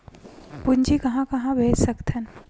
पूंजी कहां कहा भेज सकथन?